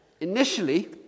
initially